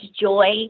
joy